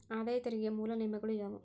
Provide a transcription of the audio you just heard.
ಆದಾಯ ತೆರಿಗೆಯ ಮೂಲ ನಿಯಮಗಳ ಯಾವು